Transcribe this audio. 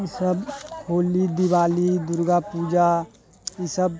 सब होली दिवाली दुर्गा पूजा ई सब